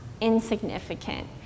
insignificant